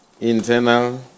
internal